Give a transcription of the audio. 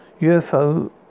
UFO